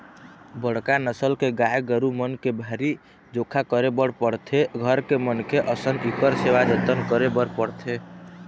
बड़का नसल के गाय गरू मन के भारी जोखा करे बर पड़थे, घर के मनखे असन इखर सेवा जतन करे बर पड़थे